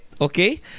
okay